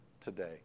today